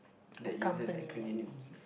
that uses acronyms